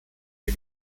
wir